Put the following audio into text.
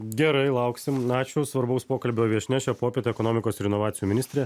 gerai lauksim na ačiū svarbaus pokalbio viešnia šią popietę ekonomikos ir inovacijų ministrė